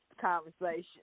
conversation